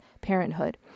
parenthood